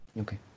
Okay